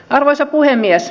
arvoisa puhemies